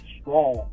strong